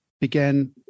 began